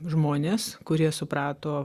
žmones kurie suprato